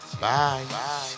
Bye